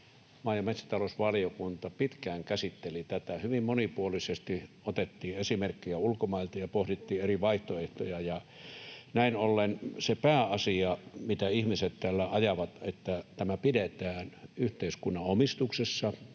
maa- ja metsätalousvaliokunta käsitteli tätä pitkään. Hyvin monipuolisesti otettiin esimerkkejä ulkomailta ja pohdittiin eri vaihtoehtoja. Näin ollen se pääasia, mitä ihmiset täällä ajavat, että tämä pidetään yhteiskunnan omistuksessa,